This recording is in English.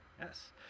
yes